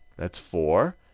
that's four.